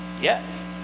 Yes